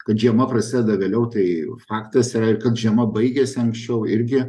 kad žiema prasideda vėliau tai faktas yra ir kad žiema baigiasi anksčiau irgi